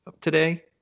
today